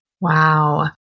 Wow